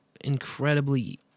incredibly